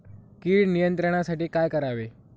कीड नियंत्रणासाठी काय करावे?